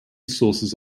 sources